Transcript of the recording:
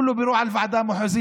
שאילתה אחרונה, 274,